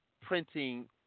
printing